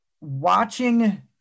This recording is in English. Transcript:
Watching